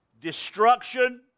destruction